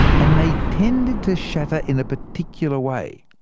and they tended to shatter in a particular way.